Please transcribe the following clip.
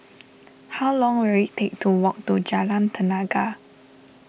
how long will it take to walk to Jalan Tenaga